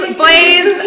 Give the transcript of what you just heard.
boys